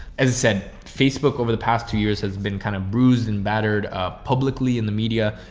as i said, facebook over the past two years has been kind of bruised and battered, ah, publicly in the media.